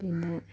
പിന്നെ